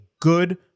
good